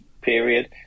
period –